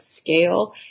scale